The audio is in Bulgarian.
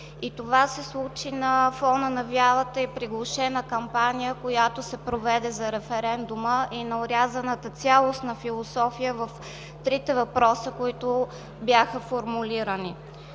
И това се случи на фона на вялата и приглушена кампания, която се проведе за референдума, и на орязаната цялостна философия в трите въпроса, които бяха формулирани.